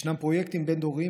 ישנם פרויקטים בין-דוריים,